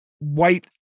White